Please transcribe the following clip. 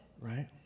right